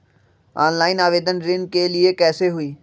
Online आवेदन ऋन के लिए कैसे हुई?